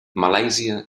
malàisia